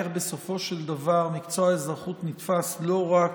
איך בסופו של דבר מקצוע האזרחות נתפס לא רק